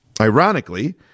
ironically